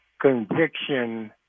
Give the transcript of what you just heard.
conviction